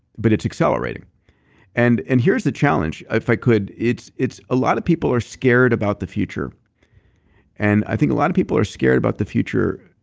but it's accelerating and and here's the challenge if i could. it's, a lot of people are scared about the future and i think a lot of people are scared about the future